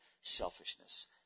selfishness